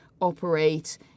operate